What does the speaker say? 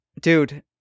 Dude